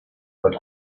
hört